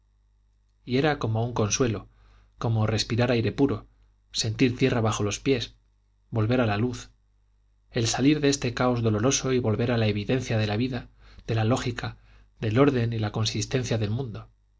y era como un consuelo como respirar aire puro sentir tierra bajo los pies volver a la luz el salir de este caos doloroso y volver a la evidencia de la vida de la lógica del orden y la consistencia del mundo